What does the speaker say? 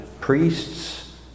Priests